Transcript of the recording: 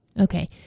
Okay